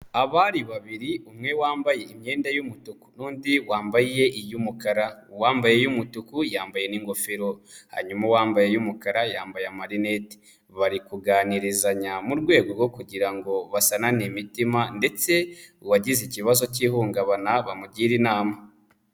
Abari babiri umwe wambaye imyenda y'umutuku n'undi wambaye iy'umukara, uwambaye iy'umutuku yambaye n'ingofero hanyuma uwambaye iy'umukara yambaye amarinet bari kuganirizanya mu rwego rwo kugira ngo basanane imitima ndetse uwagize ikibazo cy'ihungabana bamugire inama.